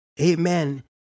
Amen